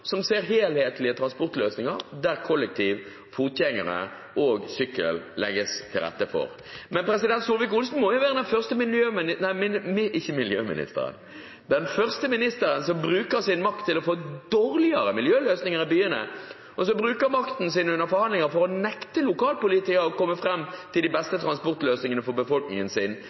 som ser helhetlige transportløsninger, der det legges til rette for kollektivtrafikk, fotgjengere og sykkel. Men Solvik-Olsen må jo være den første statsråden som bruker sin makt til å få dårligere miljøløsninger i byene, og som bruker makten sin under forhandlinger til å nekte lokalpolitikere å komme fram til de beste transportløsningene for befolkningen sin,